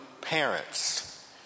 parents